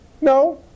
No